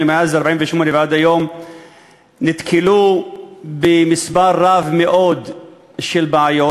מאז 1948 ועד היום נתקלו במספר רב מאוד של בעיות.